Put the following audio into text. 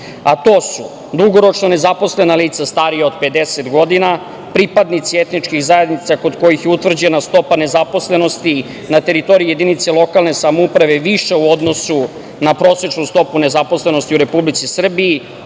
To su, dugoročno nezaposlena lica starija od 50 godina, pripadnici etničkih zajednica kod kojih je utvrđena stopa nezaposlenosti na teritoriji jedinice lokalne samouprave više u odnosu na prosečnu stopu nezaposlenosti u Republici Srbiji,